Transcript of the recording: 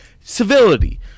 Civility